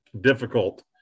difficult